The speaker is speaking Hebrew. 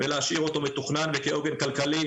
ולהשאיר אותו מתוכנן וכעוגן כלכלי,